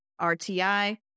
RTI